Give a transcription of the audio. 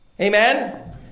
amen